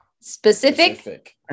Specific